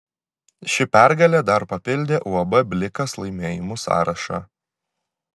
ši pergalė dar papildė uab blikas laimėjimų sąrašą